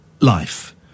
life